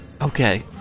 Okay